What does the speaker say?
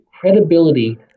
Credibility